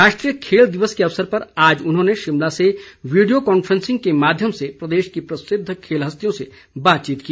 राष्ट्रीय खेल दिवस के अवसर पर आज उन्होंने शिमला से वीडियो कॉन्फ्रेंसिंग के माध्यम से प्रदेश की प्रसिद्ध खेल हस्तियों से बातचीत की